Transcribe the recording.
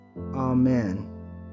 Amen